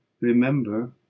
remember